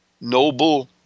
noble